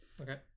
Okay